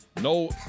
no